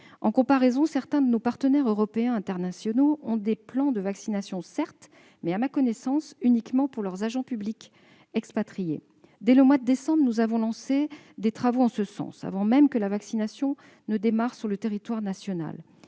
En comparaison, certains de nos partenaires européens et internationaux ont des plans de vaccination, certes, mais uniquement pour leurs agents publics expatriés. Dès le mois de décembre dernier, nous avons lancé des travaux en ce sens, avant même que la vaccination ne démarre sur le territoire national.